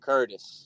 Curtis